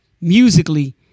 musically